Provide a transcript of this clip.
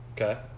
Okay